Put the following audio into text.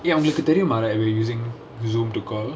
அவங்களுக்கு தெரியுமா:avangalukku theriyumaa we we're using Zoom to call